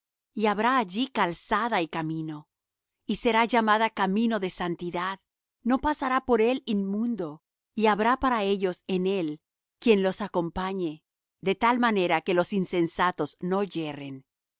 y habrá allí calzada y camino y será llamado camino de santidad no pasará por él inmundo y habrá para ellos en él quien los acompañe de tal manera que los insensatos no yerren